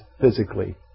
physically